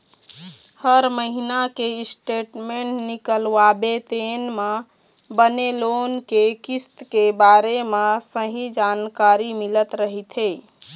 हर महिना के स्टेटमेंट निकलवाबे तेन म बने लोन के किस्त के बारे म सहीं जानकारी मिलत रहिथे